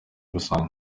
rusange